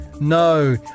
No